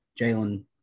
Jalen